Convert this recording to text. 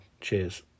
Cheers